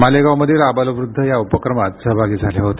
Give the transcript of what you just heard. मालेगाव मधील आबालवृद्ध या उपक्रमात सहभागी झाले होते